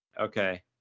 Okay